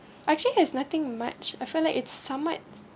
actually has nothing much I feel like it's somewhat